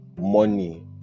money